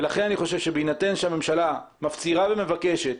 בהינתן שהממשלה מפצירה ומבקשת,